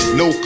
no